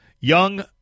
Young